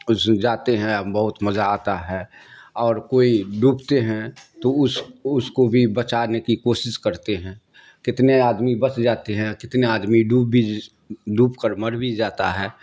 اس جاتے ہیں بہت مزہ آتا ہے اور کوئی ڈوبتے ہیں تو اس اس کو بھی بچانے کی کوشش کرتے ہیں کتنے آدمی بچ جاتے ہیں کتنے آدمی ڈوب بھی ڈوب کر مر بھی جاتا ہے